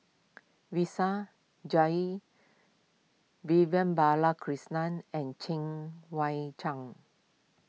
Jalil Vivian Balakrishnan and Cheng Wai